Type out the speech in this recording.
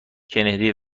کندی